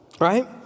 right